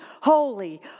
holy